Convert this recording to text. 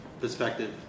Perspective